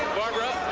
barbara?